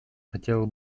хотела